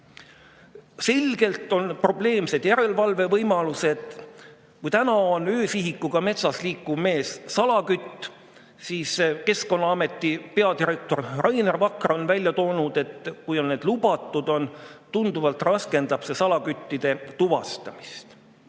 Selgelt on probleemsed järelevalve võimalused. Kui täna on öösihikuga metsas liikuv mees salakütt, siis Keskkonnaameti peadirektor Rainer Vakra on välja toonud, et kui need lubatud on, siis see raskendab tunduvalt salaküttide tuvastamist.